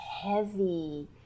heavy